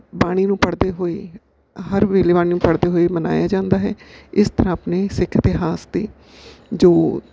ਬਾਣੀ ਨੂੰ ਪੜ੍ਹਦੇ ਹੋਏ ਹਰ ਵੇਲੇ ਬਾਣੀ ਨੂੰ ਪੜ੍ਹਦੇ ਹੋਏ ਮਨਾਇਆ ਜਾਂਦਾ ਹੈ ਇਸ ਤਰ੍ਹਾਂ ਆਪਣੇ ਸਿੱਖ ਇਤਿਹਾਸ ਅਤੇ ਜੋ